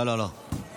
לא לא לא.